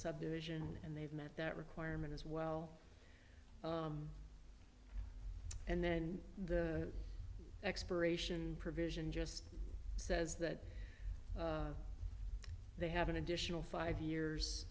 subdivision and they've met that requirement as well and then expiration provision just says that they have an additional five years